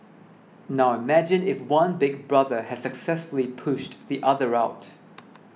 now imagine if one Big Brother has successfully pushed the other out